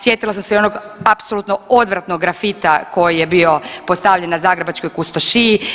Sjetila sam se i onog apsolutno odvratnog grafita koji je bio postavljen na zagrebačkoj Kustošiji.